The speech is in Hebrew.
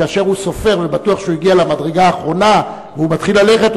כאשר הוא סופר ובטוח שהגיע למדרגה האחרונה והוא מתחיל ללכת,